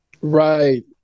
Right